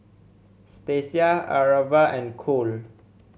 Stasia Aarav and Cole